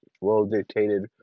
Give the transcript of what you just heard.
well-dictated